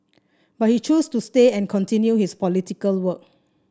but he chose to stay and continue his political work